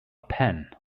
pen